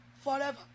forever